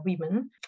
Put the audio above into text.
women